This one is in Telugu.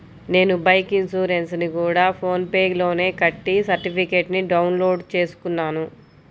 నేను బైకు ఇన్సురెన్సుని గూడా ఫోన్ పే లోనే కట్టి సర్టిఫికేట్టుని డౌన్ లోడు చేసుకున్నాను